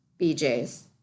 BJ's